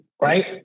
Right